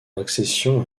accession